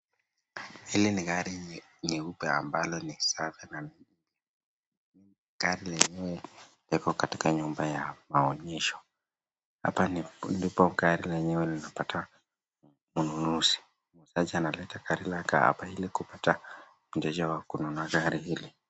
Hili ni gari nyeupe ambalo ni safi sana gari hili hiko katika nyumba ya maonyesho hapa ndipo gari lenyewe inapata ununuzi mteja anapata gari hapa ili kupata mteja wa kununua gari hili.